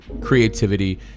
creativity